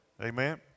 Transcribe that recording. Amen